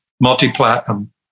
multi-platinum